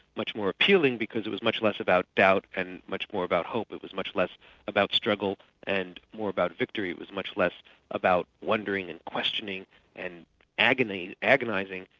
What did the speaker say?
much more appealing because it was much about doubt and much more about hope, it was much less about struggle and more about victory. it was much less about wondering and questioning and agony, agonising,